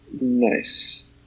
Nice